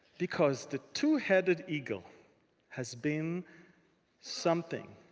because the two-headed eagle has been something